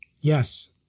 Yes